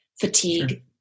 fatigue